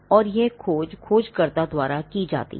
और यह खोज खोजकर्ता द्वारा की जाती है